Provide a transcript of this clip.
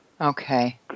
Okay